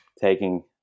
taking